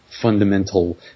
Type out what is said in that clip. fundamental